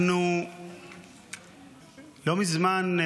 לא מזמן,